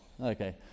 Okay